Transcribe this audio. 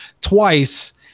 twice